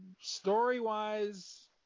Story-wise